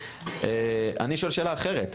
אני שואל שאלה אחרת.